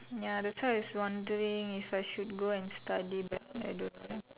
ya that's why I was wondering if I should go and study but I don't know lah